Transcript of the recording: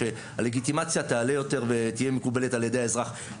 שהלגיטימציה תעלה יותר ותהיה מקובלת על ידי האזרח.